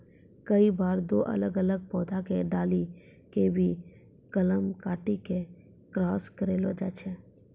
कई बार दो अलग अलग पौधा के डाली कॅ भी कलम काटी क क्रास करैलो जाय छै